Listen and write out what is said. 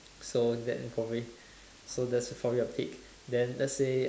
so that probably so Leslie is probably a pig so let's say